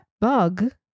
bug